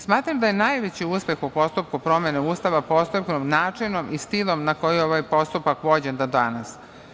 Smatram da je najveći uspeh u postupku promene Ustava postignut načinom i stilom na koji je ovaj postupak vođen do danas.